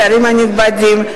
שרים נכבדים,